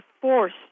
force